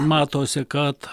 matosi kad